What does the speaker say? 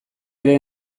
ere